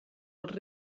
els